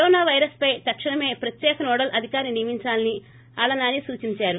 corona వైరస్పై తక్షణమే ప్రత్యేక నోడలు అధికారిని నియమించాలని ఆళ్ల నాని సూచించారు